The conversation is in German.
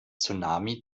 tsunami